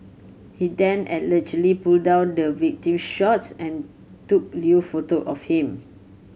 he then allegedly pulled down the victim's shorts and took lewd photo of him